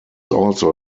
also